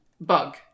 bug